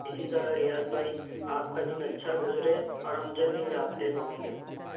اسی طرح ریاض بھائی آپ کا دن اچھا گزرے اور ہم جلد ہی رابطے میں ہوں گے